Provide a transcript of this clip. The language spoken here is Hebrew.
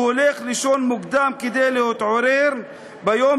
והולך לישון מוקדם כדי להתעורר ביום